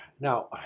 Now